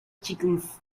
chickens